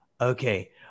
Okay